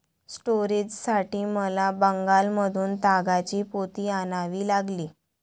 स्टोरेजसाठी मला बंगालमधून तागाची पोती आणावी लागली